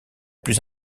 plus